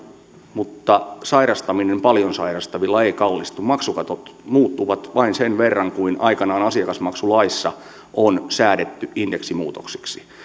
mutta sairastaminen paljon sairastavilla ei ei kallistu maksukatot muuttuvat vain sen verran kuin aikanaan asiakasmaksulaissa on säädetty indeksimuutoksiksi